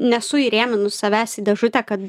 nesu įrėminus savęs į dėžutę kad